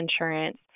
insurance